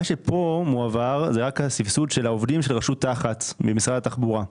מה שכאן מועבר זה רק הסבסוד של העובדים של רשות תח"צ ממשרד התחבורה.